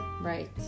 Right